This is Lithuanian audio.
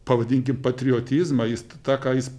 pavadinkim patriotizmą jis tą ką jis